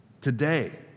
Today